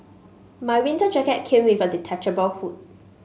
my winter jacket came with a detachable hood